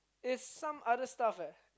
is some other stuff eh